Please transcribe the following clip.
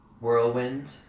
whirlwind